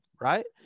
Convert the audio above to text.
Right